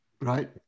Right